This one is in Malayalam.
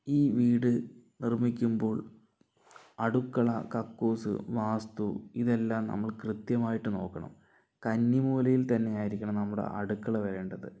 ഈ വീട് നിർമ്മിക്കുമ്പോൾ അടുക്കള കക്കൂസ് വാസ്തു ഇതെല്ലാം നമ്മൾ കൃത്യമായിട്ട് നോക്കണം കന്നി മൂലയിൽ തന്നെയായിരിക്കണം നമ്മുടെ അടുക്കള വരേണ്ടത്